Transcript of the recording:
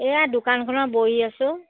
এইয়া দোকানখনত বহি আছো